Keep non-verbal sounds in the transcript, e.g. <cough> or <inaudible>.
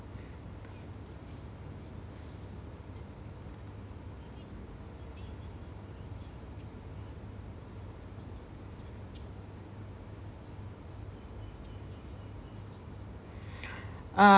<breath> uh